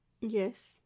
Yes